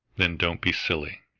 then don't be silly.